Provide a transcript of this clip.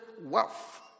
wealth